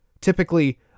Typically